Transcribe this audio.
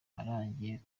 arangiye